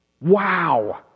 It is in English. Wow